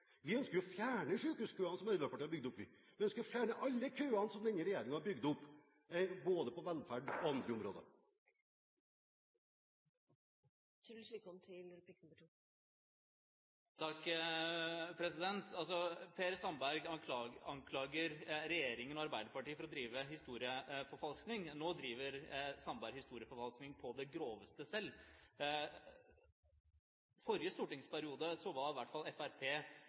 Vi ønsker å fjerne sykehuskøene som Arbeiderpartiet har bygd opp. Vi ønsker å fjerne alle køene som denne regjeringen har bygd opp, både på velferd og på andre områder. Per Sandberg anklager regjeringen og Arbeiderpartiet for å drive historieforfalskning. Nå driver Sandberg historieforfalskning på det groveste selv. I forrige stortingsperiode var i hvert fall